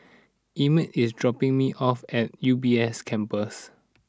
Emett is dropping me off at U B S Campus